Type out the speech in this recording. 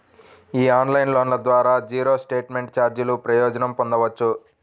ఈ ఆన్లైన్ లోన్ల ద్వారా జీరో స్టేట్మెంట్ ఛార్జీల ప్రయోజనం పొందొచ్చు